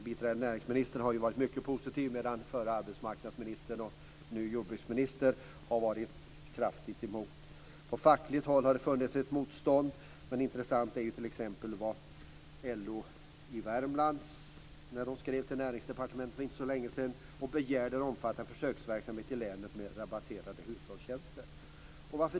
Biträdande näringsministern har varit mycket positiv till det, medan förre arbetsmarknadsministern nuvarande jordbruksministern har varit kraftigt emot. På fackligt håll har det funnits motstånd. I det sammanhanget är det intressant att LO i Värmland skrev till Näringsdepartementet för inte så länge sedan och begärde en omfattande försöksverksamhet i länet med rabatterade hushållstjänster.